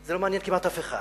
זה לא מעניין כמעט אף אחד,